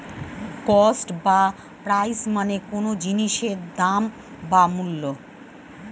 cost বা price মানে কোনো জিনিসের দাম বা মূল্য